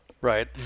right